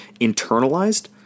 internalized